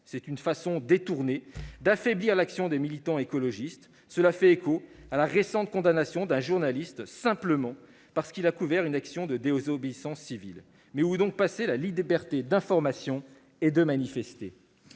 C'est un moyen détourné d'affaiblir l'action des militants écologistes. Cela fait en outre écho à la récente condamnation d'un journaliste, qui a simplement couvert une action de désobéissance civile. Mais où est donc passée la liberté d'information et de manifester ?